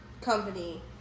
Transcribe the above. company